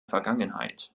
vergangenheit